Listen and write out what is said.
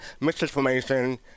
misinformation